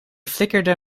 flikkerde